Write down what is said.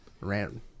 ran